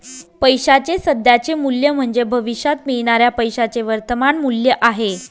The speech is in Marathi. पैशाचे सध्याचे मूल्य म्हणजे भविष्यात मिळणाऱ्या पैशाचे वर्तमान मूल्य आहे